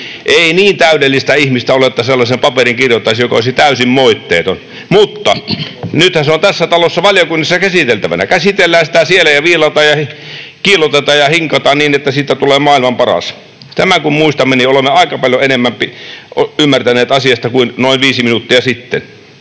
Ei niin täydellistä ihmistä ole, että sellaisen paperin kirjoittaisi, joka olisi täysin moitteeton, mutta nythän se on tässä talossa valiokunnissa käsiteltävänä. Käsitellään sitä siellä ja viilataan ja kiillotetaan ja hinkataan niin, että siitä tulee maailman paras. Tämän kun muistamme, niin olemme aika paljon enemmän ymmärtäneet asiasta kuin noin viisi minuuttia sitten.